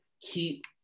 keep